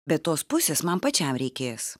bet tos pusės man pačiam reikės